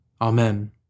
Amen